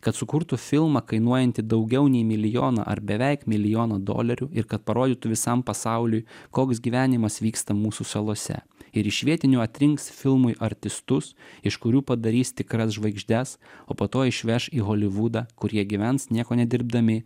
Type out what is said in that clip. kad sukurtų filmą kainuojantį daugiau nei milijoną ar beveik milijoną dolerių ir kad parodytų visam pasauliui koks gyvenimas vyksta mūsų salose ir iš vietinių atrinks filmui artistus iš kurių padarys tikras žvaigždes o po to išveš į holivudą kur jie gyvens nieko nedirbdami